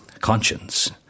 conscience